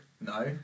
No